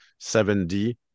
7D